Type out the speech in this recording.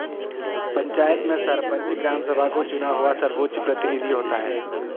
पंचायत में सरपंच, ग्राम सभा का चुना हुआ सर्वोच्च प्रतिनिधि होता है